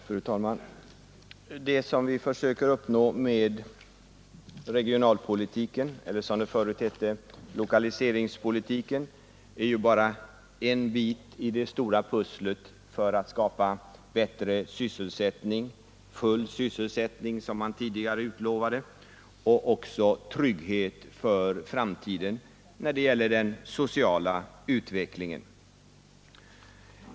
Fru talman! Det som vi försöker uppnå med regionalpolitiken, eller som den förut hette lokaliseringspolitiken, är ju bara en bit i det stora pusslet för att skapa bättre sysselsättning — full sysselsättning, som man tidigare utlovade — och också trygghet för framtiden när det gäller den sociala utvecklingen.